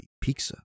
pizza